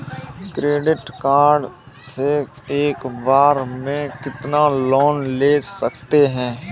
Credit card से एक बार में कितना लोन ले सकते हैं?